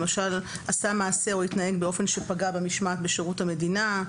למשל עשה מעשה או התנהג באופן שפגע במשמעת בשירות המדינה,